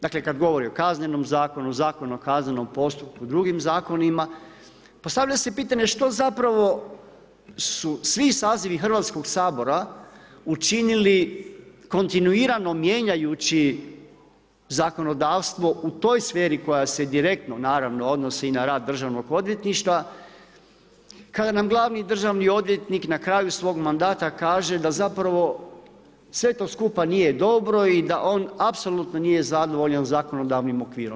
Dakle kad govori o kaznenom zakonu, Zakonu o kaznenom postupku, drugim zakonima, postavlja se pitanje što zapravo su svi sazivi Hrvatskog sabora učinili kontinuirano mijenjajući zakonodavstvo u toj sferi koja se direktno naravno odnosi i na rad državnog odvjetništva kada nam glavni državni odvjetnik na kraju svog mandata kaže da zapravo sve to skupa nije dobro i da on apsolutno nije zadovoljan zakonodavnim okvirom.